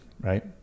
right